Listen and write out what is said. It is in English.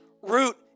root